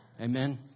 Amen